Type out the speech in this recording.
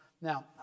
Now